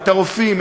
את הרופאים,